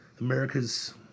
America's